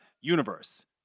Universe